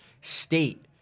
state